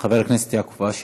חבר הכנסת יעקב אשר.